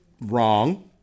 wrong